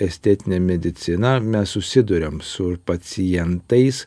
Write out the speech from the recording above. estetinę mediciną mes susiduriam su pacientais